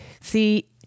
See